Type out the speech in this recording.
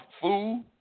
food